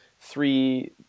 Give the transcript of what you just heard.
three